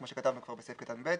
כמו שכתבנו כבר בסעיף קטן (ב),